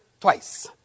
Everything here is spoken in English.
twice